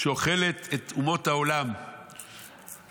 שאוכלת את אומות העולם מאז